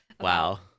Wow